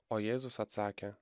o jėzus atsakė